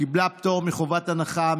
ההצעה קיבלה פטור מחובת הנחה.